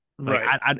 Right